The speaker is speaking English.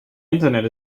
internet